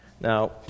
Now